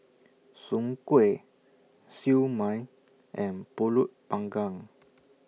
Soon Kway Siew Mai and Pulut Panggang